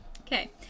Okay